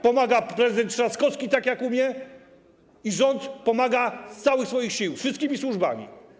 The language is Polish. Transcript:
Pomaga prezydent Trzaskowski tak, jak umie, i rząd pomaga z całych swoich sił, wszystkimi służbami.